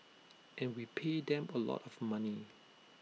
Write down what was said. and we pay them A lot of money